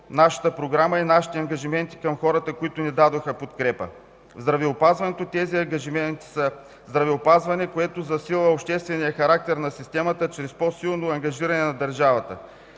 нашата програма и нашите ангажименти към хората, които ни дадоха подкрепа. В здравеопазването тези ангажименти са: здравеопазване, което засилва обществения характер на системата чрез по-силно ангажиране на държавата;